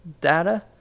data